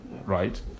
right